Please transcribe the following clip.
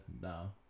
No